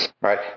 Right